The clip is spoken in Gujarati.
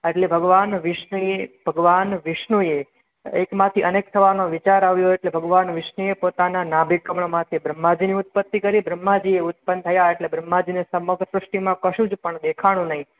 એટલે ભગવાન વિષ્ણુએ ભગવાન વિષ્ણુએ એકમાંથી અનેક થવાનો વિચાર આવ્યો એટલે ભગવાન વિષ્ણુએ પોતાના નાભી કમળમાંથી બ્રહ્માજીની ઉત્પતિ કરી બ્રહ્માજી ઉત્પન થયા એટલે બ્રહ્માજીને સમગ્ર સૃષ્ટિમાં કશું જ પણ દેખાયું નહીં